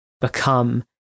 become